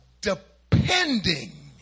depending